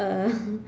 uh